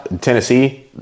Tennessee